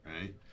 right